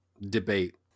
debate